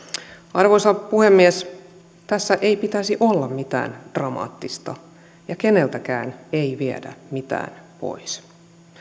arvoisa puhemies tässä ei pitäisi olla mitään dramaattista ja keneltäkään ei viedä mitään pois